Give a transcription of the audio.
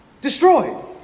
destroyed